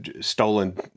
stolen